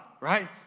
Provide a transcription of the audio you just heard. right